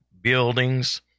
buildings